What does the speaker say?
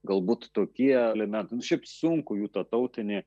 galbūt tokie ne šiaip sunku jų tą tautinį